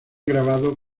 grabado